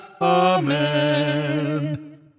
Amen